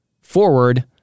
forward